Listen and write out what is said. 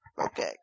Okay